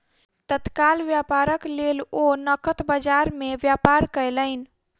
तत्काल व्यापारक लेल ओ नकद बजार में व्यापार कयलैन